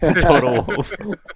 Total